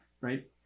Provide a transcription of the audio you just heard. right